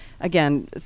Again